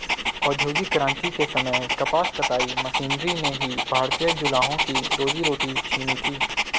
औद्योगिक क्रांति के समय कपास कताई मशीनरी ने ही भारतीय जुलाहों की रोजी रोटी छिनी थी